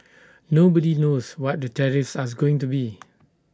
nobody knows what the tariffs are going to be